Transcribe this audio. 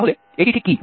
তাহলে এটি ঠিক কী